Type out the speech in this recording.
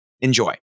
Enjoy